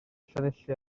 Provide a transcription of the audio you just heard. llanelli